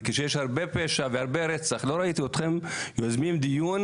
כשיש הרבה פשע והרבה רצח לא ראיתי אתכם יוזמים דיון,